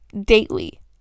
daily